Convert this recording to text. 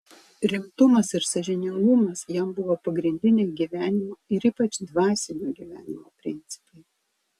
rimtumas ir sąžiningumas jam buvo pagrindiniai gyvenimo ir ypač dvasinio gyvenimo principai